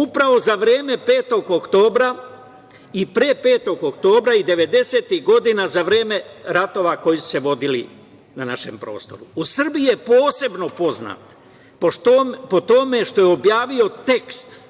Upravo za vreme 5. oktobra i pre 5. oktobra i devedesetih godina za vreme ratova koji su se vodili na našem prostoru.U Srbiji je posebno poznat po tome što je objavio tekst